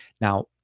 Now